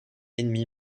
ennemie